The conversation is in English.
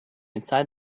inside